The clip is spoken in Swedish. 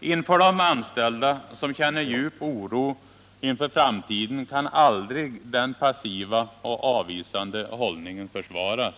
Inför de anställda som känner djup oro för framtiden kan aldrig den passiva och avvisande hållningen försvaras.